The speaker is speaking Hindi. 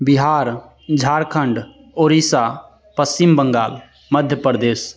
बिहार झारखंड ओडिशा पश्चिम बंगाल मध्य प्रदेश